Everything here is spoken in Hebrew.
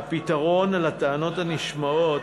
הפתרון לטענות הנשמעות,